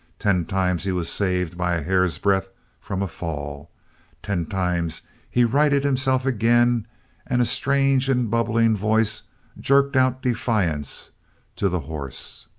ten times he was saved by a hair's-breadth from a fall ten times he righted himself again and a strange and bubbling voice jerked out defiance to the horse.